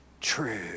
true